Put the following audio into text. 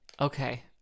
okay